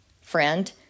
friend